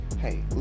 Hey